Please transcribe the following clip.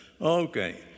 Okay